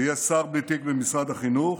שהוא יהיה שר בלי תיק במשרד החינוך,